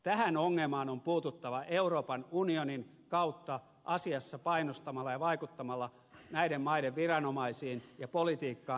tähän ongelmaan on puututtava euroopan unionin kautta asiassa painostamalla ja vaikuttamalla näiden maiden viranomaisiin ja politiikkaan